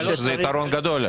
יש לזה יתרון גדול.